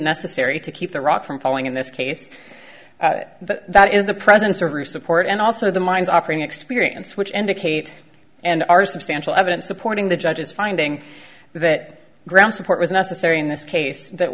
necessary to keep the rock from falling in this case but that is the presence of you support and also the mines operating experience which indicate and are substantial evidence supporting the judge's finding that ground support was necessary in this case that